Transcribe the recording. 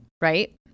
right